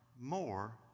more